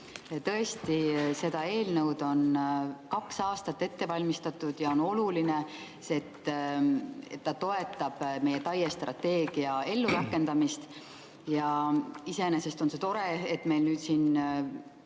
Tõesti, seda eelnõu on kaks aastat ette valmistatud ja on oluline, et ta toetab meie TAIE strateegia ellurakendamist. Ja iseenesest on tore, et see selle